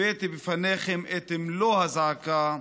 הבאתי בפניכם את מלוא הזעקה,